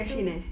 cash in eh